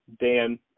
Dan